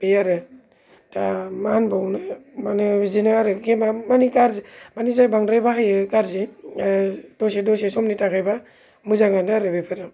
बे आरो दा मा होनबावनो माने बिदिनो आरो माने गेमा गाज्रि माने जाय बांद्राय बाहायो गाज्रि दसे दसे समनि थाखायबा मोजां आनो बेफोरो